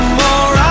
more